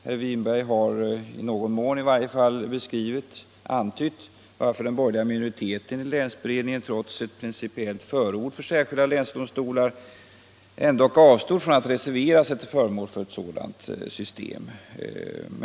Herr Winberg har i varje fall i någon mån antytt varför den borgerliga minoriteten 51 i länsberedningen, trots att den principiellt var för särskilda länsdomstolar, dock avstod från att reservera sig till förmån för ett sådant system.